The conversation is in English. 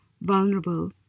vulnerable